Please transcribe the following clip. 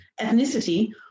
ethnicity